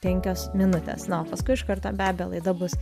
penkios minutės na o paskui iš karto be abejo laida bus